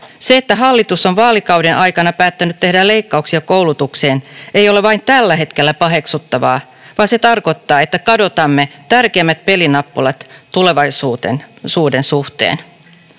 se, että hallitus on vaalikauden aikana päättänyt tehdä leikkauksia koulutukseen, ei ole vain tällä hetkellä paheksuttavaa, vaan se tarkoittaa, että kadotamme tärkeimmät pelinappulat tulevaisuuden suhteen.